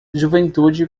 juventude